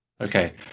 Okay